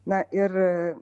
na ir